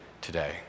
today